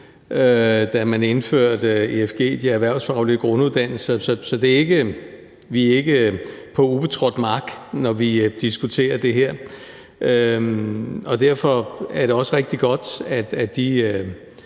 da man indførte efg, de erhvervsfaglige grunduddannelser, så vi er ikke på ubetrådt mark, når vi diskuterer det her. Derfor er det også rigtig godt, at de